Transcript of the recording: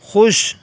خوش